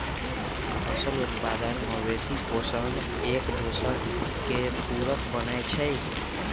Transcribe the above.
फसल उत्पादन, मवेशि पोशण, एकदोसर के पुरक बनै छइ